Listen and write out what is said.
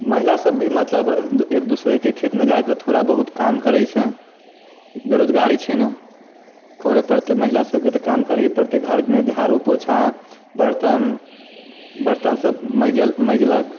महिला सभ भी मतलब एक दूसरेके खेतमे जाके थोड़ा बहुत काम करैत छै बेरोजगारी छै ने करहे पड़तै महिला सभकेँ तऽ काम करही पड़तै घरमे झाड़ू पोछा बर्तन बर्तन सभ मैजल मैजलक